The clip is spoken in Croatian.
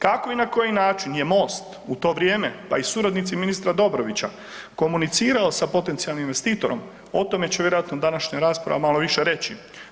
Kako i na koji način je MOST u to vrijeme, pa i suradnici ministra Dobrovića komunicirao sa potencijalnim investitorom o tome će vjerojatno današnja rasprava malo više reći.